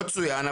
לא צוין.